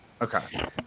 Okay